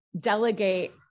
delegate